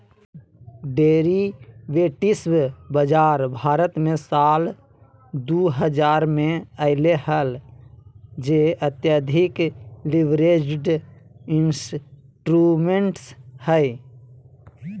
derivatives बाजार भारत मे साल दु हजार मे अइले हल जे अत्यधिक लीवरेज्ड इंस्ट्रूमेंट्स हइ